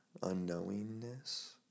unknowingness